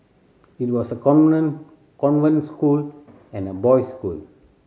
it was a convent school and a boys school